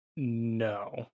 no